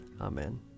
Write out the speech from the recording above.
Amen